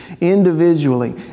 individually